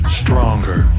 stronger